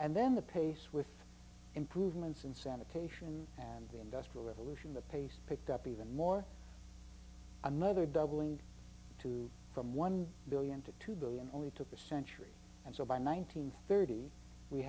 and then the pace with improvements and sanitation and the industrial revolution the pace picked up even more another doubling to from one billion to two billion only took a century and so by one nine hundred thirty we